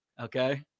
Okay